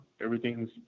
everything's